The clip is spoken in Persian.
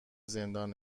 زندان